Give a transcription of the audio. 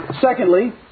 Secondly